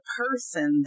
person